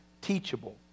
teachable